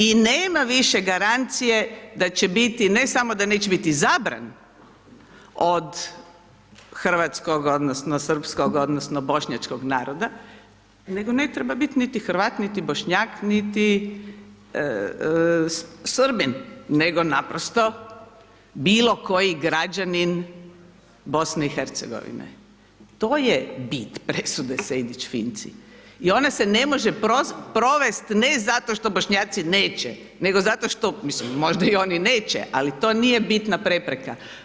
I nema više garancije da će biti, ne samo da neće biti zabrane od hrvatskog odnosno srpskog odnosno bošnjačkog naroda nego ne treba biti niti Hrvat niti Bošnjak niti Srbin nego naprosto bilokoji građanin BiH-a. to je bit presude Sejdić-Finci i ona se ne može provesti ne zato što Bošnjaci neće, nego zato što, mislim, možda ju oni neće ali to nije bitna prepreka.